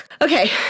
Okay